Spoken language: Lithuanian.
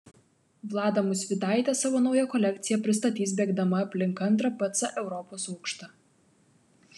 vlada musvydaitė savo naują kolekciją pristatys bėgdama aplink antrą pc europos aukštą